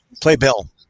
Playbill